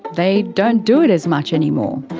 they don't do it as much anymore.